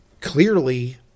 clearly